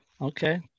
Okay